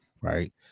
right